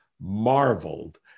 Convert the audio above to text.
marveled